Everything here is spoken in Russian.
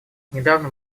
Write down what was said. недавно